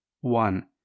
one